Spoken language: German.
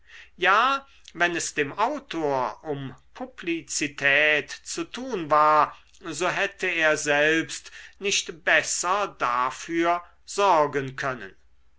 ja wenn es dem autor um publizität zu tun war so hätte er selbst nicht besser dafür sorgen können